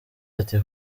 ati